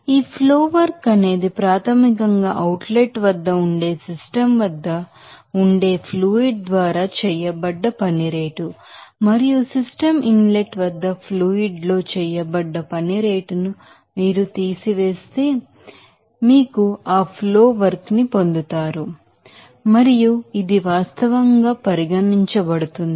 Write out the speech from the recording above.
ఈ flow work అనేది ప్రాథమికంగా అవుట్ లెట్ వద్ద ఉండే సిస్టమ్ వద్ద ఉండే ఫ్లూయిడ్ ద్వారా చేయబడ్డ పని రేటు మరియు సిస్టమ్ ఇన్ లెట్ వద్ద ఫ్లూయిడ్ లో చేయబడ్డ పని రేటును మీరు తీసివేస్తే మీరు ఆ ఫ్లో వర్క్ ని పొందుతారు మరియు ఇది వాస్తవంగా పరిగణించబడుతుంది